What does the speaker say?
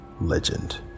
legend